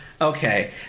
Okay